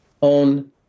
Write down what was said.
on